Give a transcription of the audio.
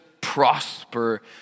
prosper